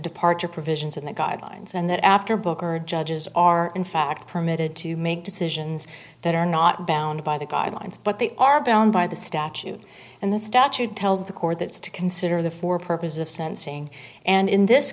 departure provisions in the guidelines and that after booker judges are in fact permitted to make decisions that are not bound by the guidelines but they are bound by the statute and the statute tells the court that it's to consider the for purposes of sensing and in this